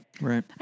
Right